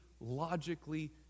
logically